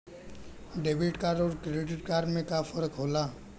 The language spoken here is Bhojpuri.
डेबिट कार्ड अउर क्रेडिट कार्ड में का फर्क होला?